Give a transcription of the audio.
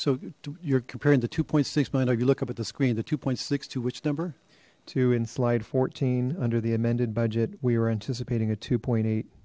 so you're comparing the two point six minor you look up at the screen the two point six two which number two in slide fourteen under the amended budget we were anticipating a two point eight